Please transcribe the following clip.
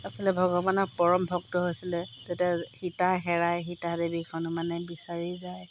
আছিলে ভগৱানৰ পৰম ভক্ত হৈছিলে তেতিয়া সীতা হেৰাই সীতা দেৱীক হনুমানে বিচাৰি যায়